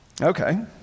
Okay